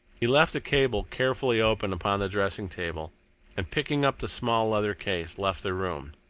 he left the cable carefully open upon the dressing-table, and, picking up the small leather case, left the room.